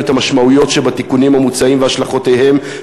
את המשמעויות שבתיקונים המוצעים והשלכותיהם,